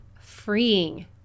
freeing